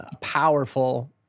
powerful